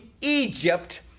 Egypt